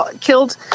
killed